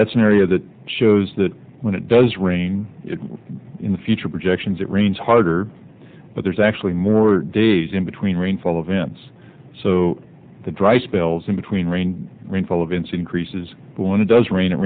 that's an area that shows that when it does rain in the future projections it rains harder but there's actually more days in between rainfall events so the dry spells in between rain rainfall events in greece is going it does rain it